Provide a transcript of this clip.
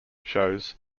shows